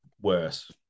worse